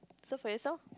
so for yourself